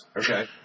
okay